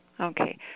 Okay